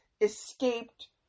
escaped